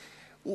עמידה בלחצים.